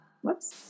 whoops